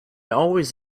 always